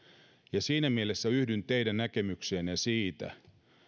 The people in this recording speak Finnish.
ja siinä mielessä yhdyn teidän näkemykseenne siitä